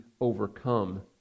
overcome